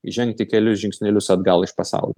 žengti kelis žingsnelius atgal iš pasaulio